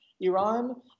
Iran